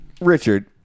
richard